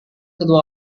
kedua